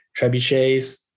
trebuchets